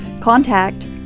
contact